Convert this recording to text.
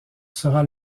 sera